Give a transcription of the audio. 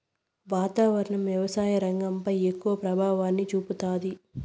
వాతావరణం వ్యవసాయ రంగంపై ఎక్కువ ప్రభావాన్ని చూపుతాది